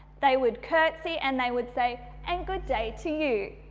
they would curtsy and they would say and good day to you.